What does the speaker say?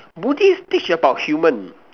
buddhist teach about human